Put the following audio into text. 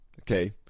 Okay